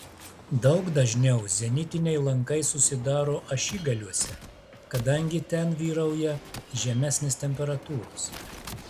daug dažniau zenitiniai lankai susidaro ašigaliuose kadangi ten vyrauja žemesnės temperatūros